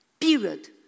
Period